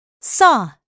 saw